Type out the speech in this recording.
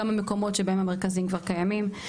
גם במקומות שבהם המרכזים כבר קיימים.